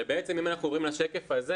בעצם אם עוברים לשקף הזה,